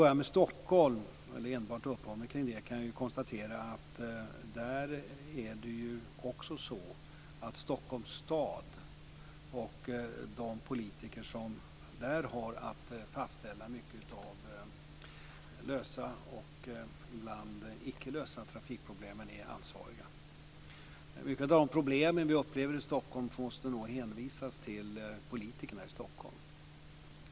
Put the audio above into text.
Jag uppehåller mig kring Stockholm, och kan konstatera att Stockholms stad och de politiker som där har att fastställa, lösa och ibland icke lösa mycket av trafikproblemen är ansvariga. Mycket av de problem som vi upplever i Stockholm måste nog hänvisas till politikerna här.